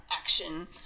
action